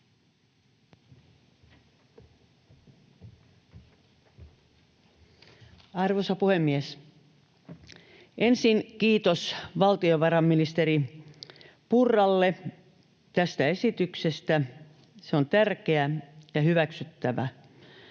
Arvoisa puhemies! Ensin kiitos valtiovarainministeri Purralle tästä esityksestä, se on tärkeä ja hyväksyttävissä.